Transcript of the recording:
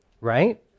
Right